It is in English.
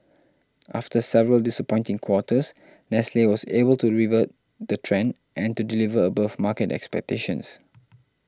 after several disappointing quarters Nestle was able to revert the trend and to deliver above market expectations